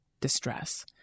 distress